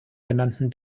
genannten